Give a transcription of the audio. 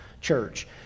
Church